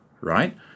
right